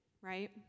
right